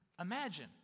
Imagine